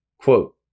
Quote